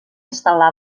instal·lar